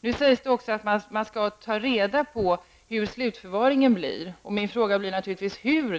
Det sägs också att man skall ta reda på hur slutförvaringen skall ordnas. Min fråga blir naturligtvis: Hur?